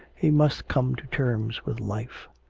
he must come to terms with life.